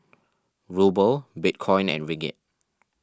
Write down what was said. Ruble Bitcoin and Ringgit